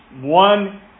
One